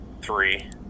three